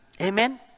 Amen